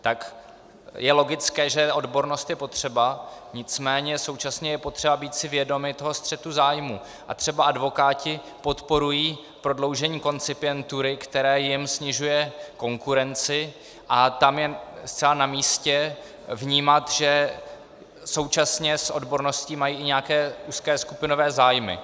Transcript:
Tak je logické, že odbornost je potřeba, nicméně současně je potřeba si být vědom i toho střetu zájmů, a třeba advokáti podporují prodloužení koncipientury, které jim snižuje konkurenci, a tam je zcela namístě vnímat, že současně s odborností mají i nějaké úzké skupinové zájmy.